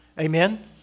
Amen